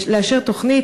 לאשר תוכנית,